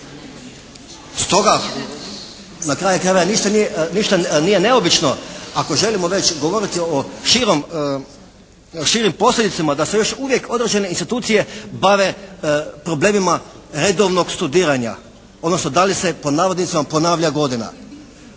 Stoga na kraju krajeva ništa nije neobično ako želimo već govorimo o širim posljedicama da se još uvijek određene institucije bave problemima redovnog studiranja, odnosno da li se "ponavlja godina".